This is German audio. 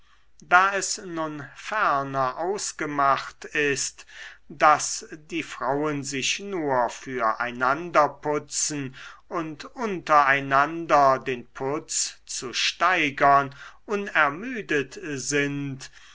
da es nun ferner ausgemacht ist daß die frauen sich nur für einander putzen und unter einander den putz zu steigern unermüdet sind